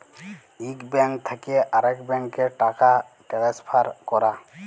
ইক ব্যাংক থ্যাকে আরেক ব্যাংকে টাকা টেলেসফার ক্যরা